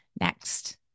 Next